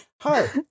hi